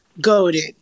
goaded